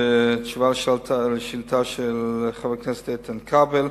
תשובה על השאילתא של חבר הכנסת איתן כבל.